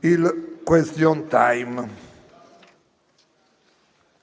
il *question time*.